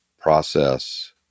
process